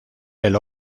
del